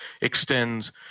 extends